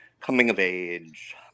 coming-of-age